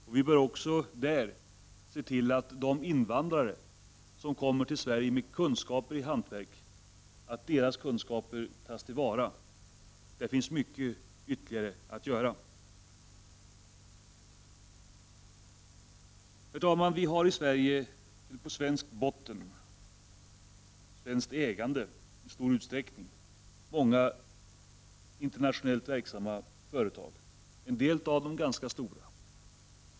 Man bör också ta till vara hantverksskickliga invandrares kunskap. Det finns mycket ytterligare att göra på detta område. Herr talman! Vi har i Sverige många i stor utsträckning svenskägda företag som är internationellt verksamma. En del av dessa företag är ganska stora.